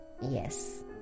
Yes